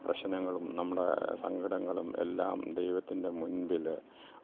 പ്രശ്നങ്ങളും നമ്മുടെ സങ്കടങ്ങളും എല്ലാം ദൈവത്തിൻ്റെ മുൻപിൽ